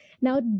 Now